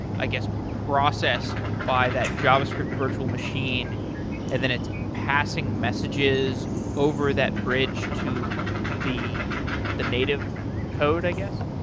i guess, processed by that javascript virtual machine and then its passing messages over that bridge to the the native code, i guess?